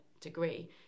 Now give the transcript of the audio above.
degree